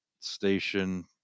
station